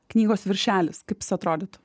knygos viršelis kaip jis atrodytų